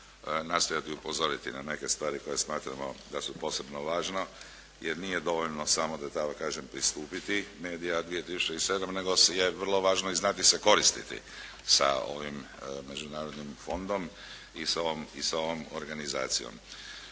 nastojati upozoriti na neke stvari koje smatramo da su posebno važne jer nije dovoljno samo da tako kažem pristupiti "MEDIA 2007" nego je vrlo važno i znati se koristiti sa ovim međunarodnim fondom i sa ovom organizacijom.